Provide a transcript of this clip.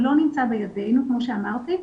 הוא לא נמצא בידינו כפי שאמרתי.